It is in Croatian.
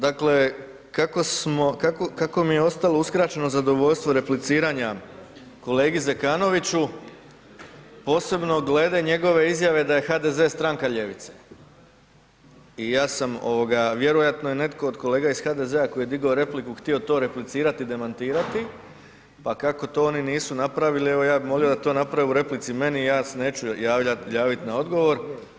Dakle, kako smo, kako mi je ostalo uskraćeno zadovoljstvo repliciranja kolegi Zekanoviću, posebno glede njegove izjave da je HDZ stranka ljevice, i ja sam ovoga, vjerojatno je netko od kolega iz HDZ-a koji je digao repliku htio to replicirati i demantirati, pa kako to oni nisu napravili, evo ja bih molio da to naprave u replici meni, ja se neću javljati, javit na odgovor.